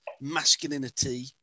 masculinity